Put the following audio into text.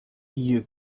you